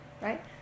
right